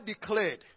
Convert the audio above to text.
declared